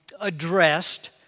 addressed